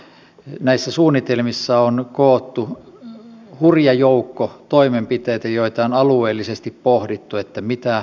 näissä suunnitelmissa on koottu hurja joukko toimenpiteitä joita on alueellisesti pohdittu mitä milläkin kantilla viedään sitten eteenpäin